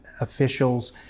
officials